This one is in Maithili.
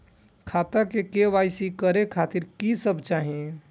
खाता के के.वाई.सी करे खातिर की सब चाही?